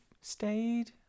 stayed